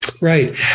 right